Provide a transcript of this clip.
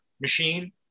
machine